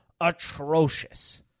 atrocious